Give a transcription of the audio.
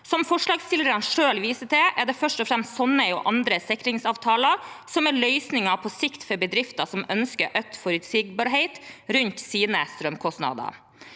Som forslagsstillerne selv viser til, er det først og fremst slike og andre sikringsavtaler som er løsningen på sikt for bedrifter som ønsker økt forutsigbarhet rundt sine strømkostnader.